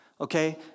Okay